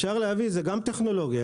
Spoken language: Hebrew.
זאת גם טכנולוגיה.